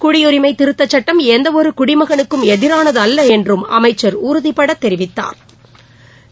குடியுரிமை திருத்தச் சுட்டம் எந்தவொரு குடிமகனுக்கும் எதிரானதல்ல என்றும் அமைச்சர் உறுதிபடத் தெரிவித்தாா்